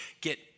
get